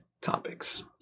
topics